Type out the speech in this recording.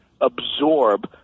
absorb